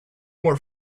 more